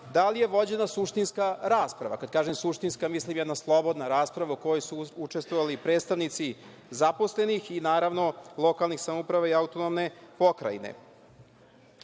da li je vođena suštinska rasprava? Kad kažem suštinska, mislim jedna slobodna rasprava u kojoj su učestvovali predstavnici zaposlenih i naravno, lokalnih samouprava i autonomne pokrajine. Što